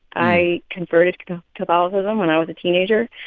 i converted to catholicism when i was a teenager.